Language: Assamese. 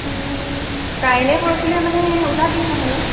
কাইলৈ পৰহিলৈ মানে ওলাবি নহ'লে